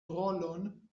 rolon